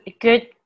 good